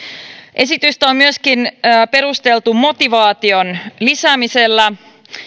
esitystä on myöskin perusteltu motivaation lisäämisellä